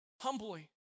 Humbly